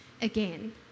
again